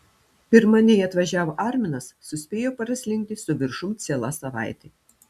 pirma nei atvažiavo arminas suspėjo praslinkti su viršum ciela savaitė